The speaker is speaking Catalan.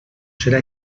serà